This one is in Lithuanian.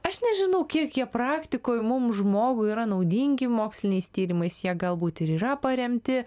aš nežinau kiek jie praktikoj mums žmogui yra naudingi moksliniais tyrimais jie galbūt ir yra paremti